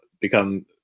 become